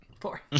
four